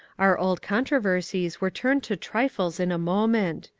our old controversies were turned to trifles in a moment.